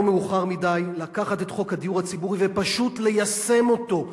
לא מאוחר מדי לקחת את חוק הדיור הציבורי ופשוט ליישם אותו.